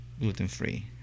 gluten-free